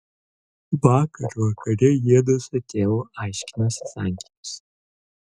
vakar vakare jiedu su tėvu aiškinosi santykius